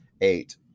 eight